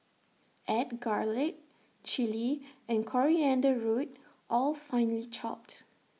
add garlic Chilli and coriander root all finely chopped